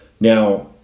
Now